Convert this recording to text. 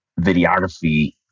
videography